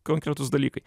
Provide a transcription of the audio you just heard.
konkretūs dalykai